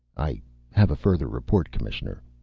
i have a further report, commissioner.